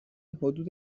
حدود